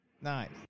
Nice